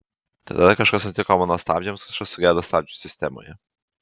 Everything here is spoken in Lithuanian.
tada kažkas nutiko mano stabdžiams kažkas sugedo stabdžių sistemoje